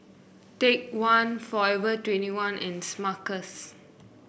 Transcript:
Take One Forever Twenty one and Smuckers